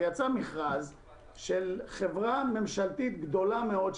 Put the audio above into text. יצא מכרז עכשיו של חברה ממשלתית גדולה מאוד,